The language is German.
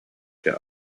der